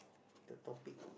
the topic